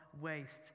waste